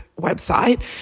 website